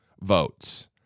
votes